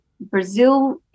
Brazil